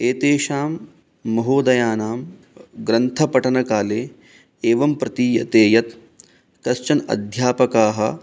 एतेषां महोदयानां ग्रन्थपठनकाले एवं प्रतीयते यत् कश्चन अध्यापकः